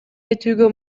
кетүүгө